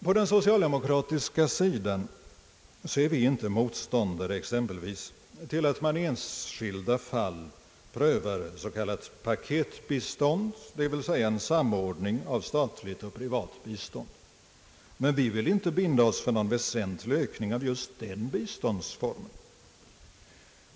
På den socialdemokratiska sidan är vi inte motståndare till att man i enskilda fall prövar s.k. paketbistånd, dvs. en samordning av statligt och privat bistånd. Men vi vill inte binda oss för någon väsenlig ökning av just den biståndsformen.